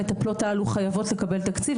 המטפלות הללו חייבות לקבל תקציב,